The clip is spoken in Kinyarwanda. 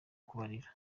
kubarera